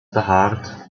behaart